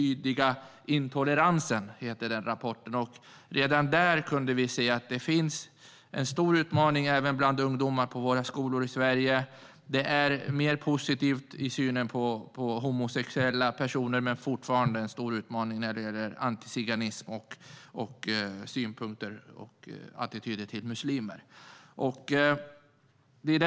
Rapporten heter Den mångtydiga intoleransen . Redan där kunde vi se att det finns en stor utmaning även när det gäller ungdomar i våra skolor i Sverige. Det är en mer positiv syn på homosexuella personer, men fortfarande en stor utmaning när det gäller antiziganism och synpunkter på och attityder till muslimer. Herr talman!